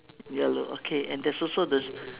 yellow okay and there's also this